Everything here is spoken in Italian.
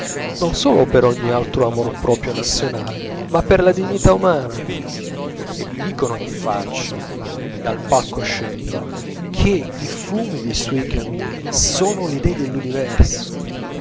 non solo per ogni altro amor proprio nazionale ma per la dignità umana e vi dicono in faccia dal palco scenico che i fumi dei suoi camini sono le idee dell'universo